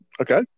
Okay